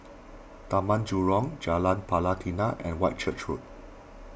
Taman Jurong Jalan Pelatina and Whitchurch Road